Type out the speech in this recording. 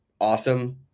awesome